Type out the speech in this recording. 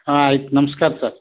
ಹಾಂ ಆಯ್ತು ನಮಸ್ಕಾರ ಸರ್